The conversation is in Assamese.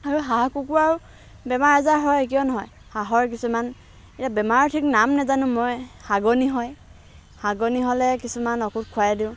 আৰু হাঁহ কুকুৰাৰো বেমাৰ আজাৰ হয় কিয় নহয় হাঁহৰ কিছুমান এই বেমাৰৰ ঠিক নাম নাজানো মই হাগনি হয় হাগনি হ'লে কিছুমান ঔষধ খোৱাই দিওঁ